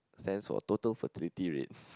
stands for total fertility rate